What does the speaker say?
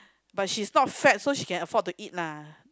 but she's not fat so she can afford to eat lah